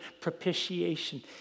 propitiation